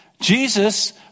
Jesus